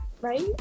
Right